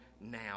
now